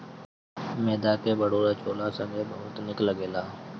मैदा के भटूरा छोला संगे बहुते निक लगेला